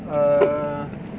err